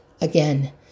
again